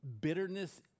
Bitterness